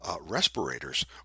respirators